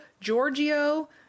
giorgio